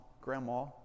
Grandma